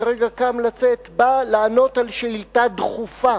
שכרגע קם לצאת בא לענות על שאילתא דחופה,